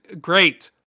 great